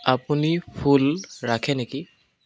আপুনি ফুল ৰাখে নেকি